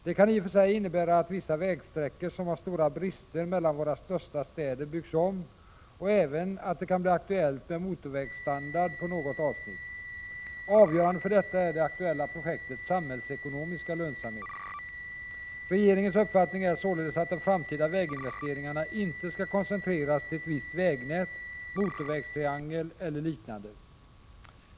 Det kan i och för sig innebära att vissa vägsträckor som har stora brister mellan våra största städer byggs om och även att det kan bli aktuellt med motorvägsstandard på något avsnitt. Avgörande för detta är det aktuella projektets samhällsekonomiska lönsamhet. Regeringens uppfattning är således att de framtida väginvesteringarna inte skall koncentreras till ett visst vägnät, motorvägstriangel eller liknande.